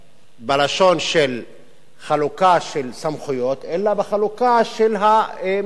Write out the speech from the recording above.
בלשון של חלוקה של סמכויות, אלא בחלוקה של המסים